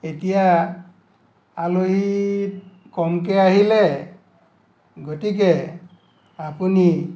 এতিয়া আলহী কমকৈ আহিলে গতিকে আপুনি